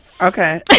okay